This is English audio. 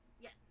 Yes